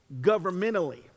governmentally